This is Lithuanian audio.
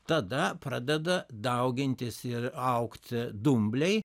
tada pradeda daugintis ir augti dumbliai